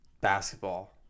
basketball